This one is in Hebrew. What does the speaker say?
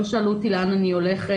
לא שאלו אותי לאן אני הולכת,